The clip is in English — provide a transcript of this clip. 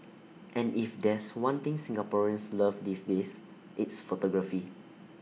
and if there's one thing Singaporeans love these days it's photography